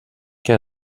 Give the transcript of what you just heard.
què